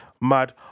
Mad